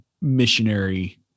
missionary